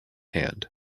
hand